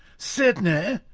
sidney,